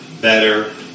better